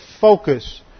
focus